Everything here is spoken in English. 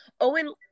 Owen